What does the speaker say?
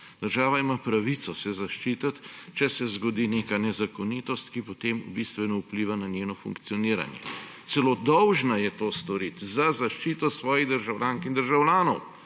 Država ima pravico se zaščiti, če se zgodi neka nezakonitost, ki potem bistveno vliva na njeno funkcioniranje. Celo dolžna je to storiti za zaščito svojih državljank in državljanov.